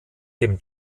dem